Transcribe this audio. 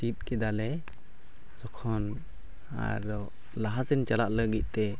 ᱪᱮᱫ ᱠᱮᱫᱟ ᱞᱮ ᱡᱚᱠᱷᱚᱱ ᱟᱫᱚ ᱞᱟᱦᱟ ᱥᱮᱫ ᱪᱟᱞᱟᱜ ᱞᱟᱹᱜᱤᱫᱛᱮ